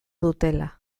dutela